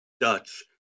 dutch